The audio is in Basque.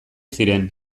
ziren